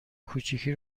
کوچیکی